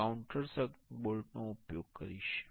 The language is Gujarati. હું કાઉન્ટરસંક બોલ્ટ નો ઉપયોગ કરીશ